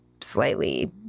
slightly